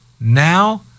Now